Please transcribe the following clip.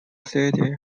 city